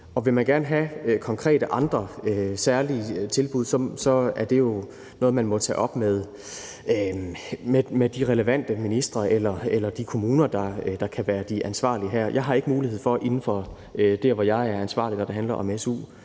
Vil man gerne have andre konkrete særlige tilbud, er det jo noget, man må tage op med de relevante ministre eller de kommuner, der kan være de ansvarlige her. Jeg har ikke mulighed for inden for det område, hvor jeg er ansvarlig, når det handler om su,